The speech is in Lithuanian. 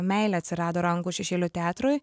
meilė atsirado rankų šešėlių teatrui